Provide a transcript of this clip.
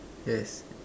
yes